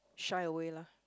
shy away lah